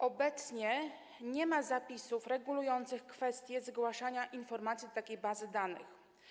Obecnie nie ma zapisów regulujących kwestie zgłaszania informacji do takiej bazy danych.